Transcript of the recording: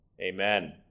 amen